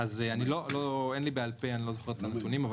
אני לא זוכר נתונים בעל פה,